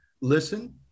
Listen